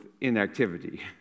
inactivity